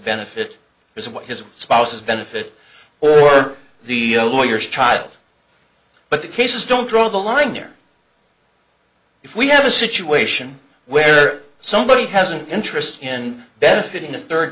benefit is what his spouse's benefit or the lawyers child but the cases don't draw the line there if we have a situation where somebody has an interest in benefiting a third